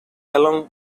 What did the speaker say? along